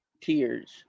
tears